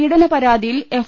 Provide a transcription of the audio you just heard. പീഡനപരാതിയിൽ F